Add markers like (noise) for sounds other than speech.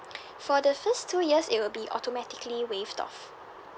(breath) for the first two years it will be automatically waived off